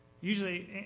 Usually